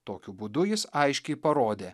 tokiu būdu jis aiškiai parodė